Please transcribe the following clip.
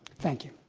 thank you.